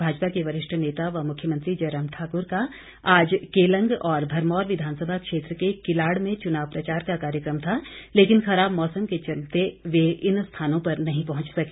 भाजपा के वरिष्ठ नेता व मुख्यमंत्री जयराम ठाकुर का आज केलंग और भरमौर विधानसभा क्षेत्र के किलाड़ में चुनाव प्रचार का कार्यक्रम था लेकिन खराब मौसम के चलते वे इन स्थानों पर नहीं पहुंच सके